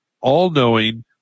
all-knowing